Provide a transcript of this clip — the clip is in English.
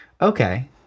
okay